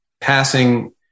passing